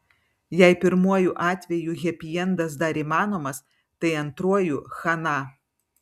jei pirmuoju atveju hepiendas dar įmanomas tai antruoju chana